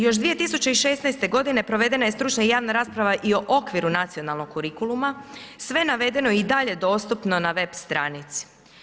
Još 2016. godine provedena je stručna i javna rasprava i o okviru nacionalnog kurikuluma, sve navedeno i dalje dostupno na web stranici.